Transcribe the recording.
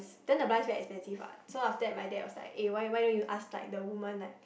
then the blinds very expensive what then my dad was like eh why why don't you ask like the woman like